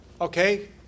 okay